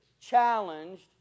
challenged